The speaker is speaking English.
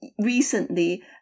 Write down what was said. recently